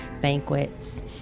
banquets